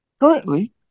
currently